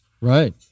Right